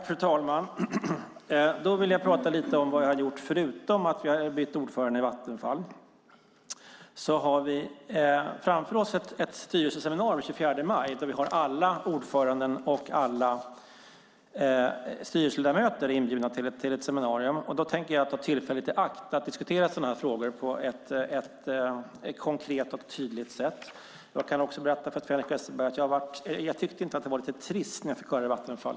Fru talman! Jag vill tala lite om vad jag har gjort förutom att vi har bytt ordförande i Vattenfall. Vi har framför oss ett styrelseseminarium den 24 maj där vi ha alla ordförande och alla styrelseledamöter inbjudna till seminariet. Jag tänker då ta tillfället i akt att diskutera sådana frågor på ett konkret och tydligt sätt. Jag kan också berätta för Sven-Erik Österberg att jag inte tyckte att det var lite trist med Vattenfall.